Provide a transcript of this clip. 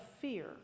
fear